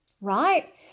right